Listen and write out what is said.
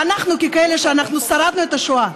ואנחנו, ככאלה ששרדו את השואה,